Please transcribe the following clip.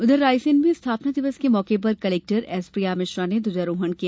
उधर रायसेन में स्थापना दिवस के मौके पर कलेक्टर एस प्रिया मिश्रा ने ध्वजारोहण किया